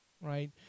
right